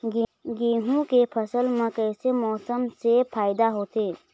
गेहूं के फसल म कइसे मौसम से फायदा होथे?